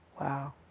Wow